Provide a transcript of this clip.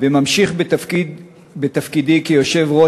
כבוד יושב-ראש